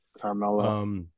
Carmelo